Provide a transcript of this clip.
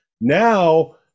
Now